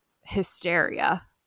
hysteria